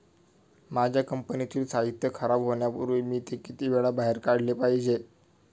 माझ्या कंपनीतील साहित्य खराब होण्यापूर्वी मी ते किती वेळा बाहेर काढले पाहिजे?